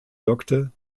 wirkte